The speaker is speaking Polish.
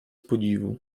podziwu